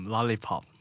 Lollipop